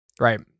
Right